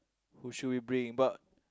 who should we bring but